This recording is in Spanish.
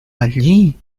allí